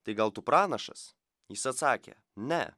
tai gal tu pranašas jis atsakė ne